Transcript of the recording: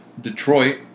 Detroit